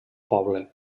poble